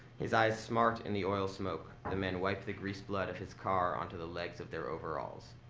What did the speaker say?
his eyes smart in the oil smoke. the men wipe the grease blood of his car onto the legs of their overalls.